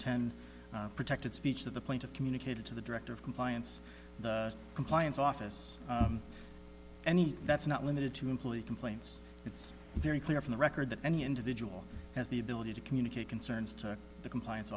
ten protected speech to the point of communicated to the director of compliance compliance office anything that's not limited to employee complaints it's very clear from the record that any individual has the ability to communicate concerns to the compliance